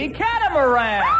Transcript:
catamaran